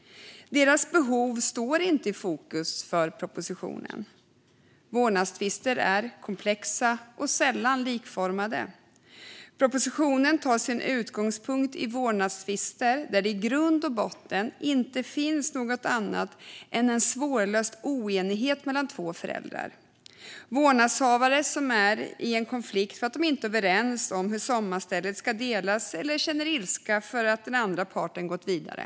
Deras behov står inte i fokus för propositionen. Vårdnadstvister är komplexa och sällan likformade. Propositionen tar sin utgångspunkt i vårdnadstvister där det i grund och botten inte finns något annat än en svårlöst oenighet mellan två föräldrar. Det kan handla om vårdnadshavare som är i konflikt för att de inte är överens om hur sommarstället ska delas eller för att den ena parten känner ilska över att den andra parten har gått vidare.